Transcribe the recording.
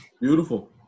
Beautiful